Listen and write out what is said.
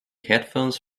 headphones